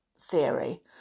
theory